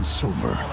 silver